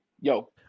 yo